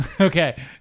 okay